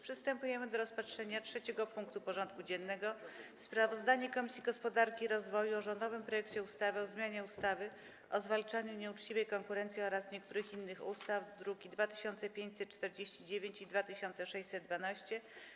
Przystępujemy do rozpatrzenia punktu 3. porządku dziennego: Sprawozdanie Komisji Gospodarki i Rozwoju o rządowym projekcie ustawy o zmianie ustawy o zwalczaniu nieuczciwej konkurencji oraz niektórych innych ustaw (druki nr 2549 i 2612)